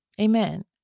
Amen